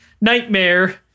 nightmare